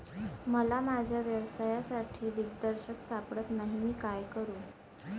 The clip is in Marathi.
मला माझ्या व्यवसायासाठी दिग्दर्शक सापडत नाही मी काय करू?